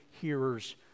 hearers